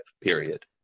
period